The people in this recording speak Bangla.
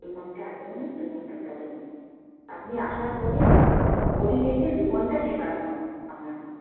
দুঘণ্টা আগেও নয় দুঘণ্টা পরেও নয় আপনি আসার পরে ঘড়ি দেখে দুঘণ্টা শেখানো হবে আপনাকে